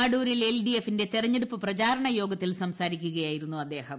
അടൂരിൽ എൽഡിഎഫ് ന്റെ തെരഞ്ഞെടുപ്പു പ്രചാരണ് പിയോഗത്തിൽ സംസാരിക്കുകയായിരുന്നു അദ്ദേഹം